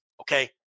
Okay